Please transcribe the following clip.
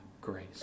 grace